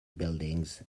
buildings